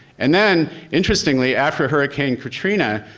and then interestingly after hurricane katrina,